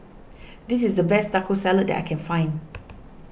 this is the best Taco Salad that I can find